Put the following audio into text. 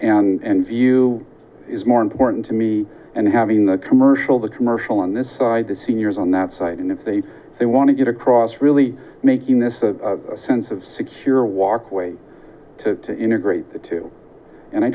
privacy and view is more important to me and having the commercial the commercial on this side the seniors on that side and if they they want to get across really making this a sense of secure walkway to integrate to and i